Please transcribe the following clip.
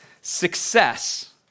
success